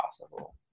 possible